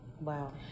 Wow